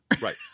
Right